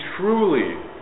truly